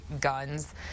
Guns